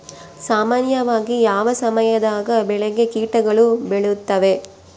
ಸಾಮಾನ್ಯವಾಗಿ ಯಾವ ಸಮಯದಾಗ ಬೆಳೆಗೆ ಕೇಟಗಳು ಬೇಳುತ್ತವೆ?